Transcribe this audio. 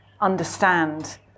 understand